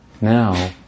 now